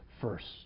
first